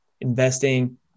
investing